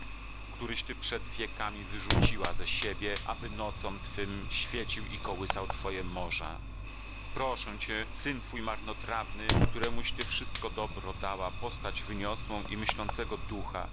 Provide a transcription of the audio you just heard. któryś ty przed wiekami wyrzuciła ze siebie aby nocom twym świecił i kołysał twoje morza proszę cię syn twój marnotrawny któremuś ty wszystko dobro dała postać wyniosłą i myślącego ducha